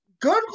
good